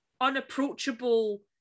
unapproachable